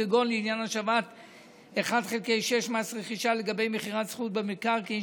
כגון לעניין השבת 1/6 מס רכישה לגבי מכירת זכות במקרקעין